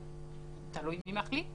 תלוי מי מחליט.